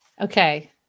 Okay